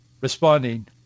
responding